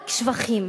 רק שבחים